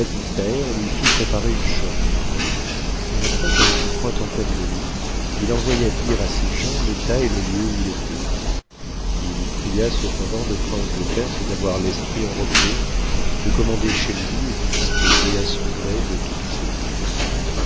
lui fit préparerune chambre et afin qu'on ne fût point en peine de lui il envoya dire à ses gens l'état et le lieu où il était h pria cependant le prince de perse d'avoir j'esprit en repos de commander chez lui et d'y disposer à son gré de toutes choses